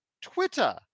Twitter